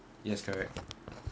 yes correct